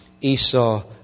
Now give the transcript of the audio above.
Esau